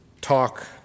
talk